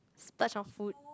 splurge on food